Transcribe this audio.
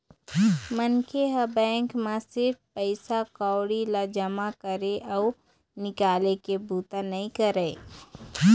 मनखे ह बेंक म सिरिफ पइसा कउड़ी ल जमा करे अउ निकाले के बूता नइ करय